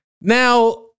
Now